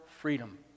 freedom